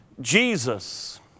Jesus